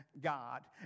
God